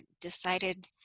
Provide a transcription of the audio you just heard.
decided